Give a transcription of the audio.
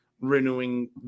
renewing